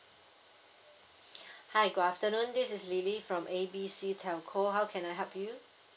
hi good afternoon this is lily from A B C telco how can I help you